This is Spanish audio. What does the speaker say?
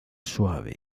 suave